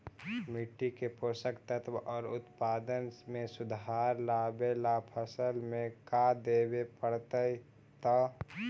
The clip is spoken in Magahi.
मिट्टी के पोषक तत्त्व और उत्पादन में सुधार लावे ला फसल में का देबे पड़तै तै?